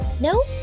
No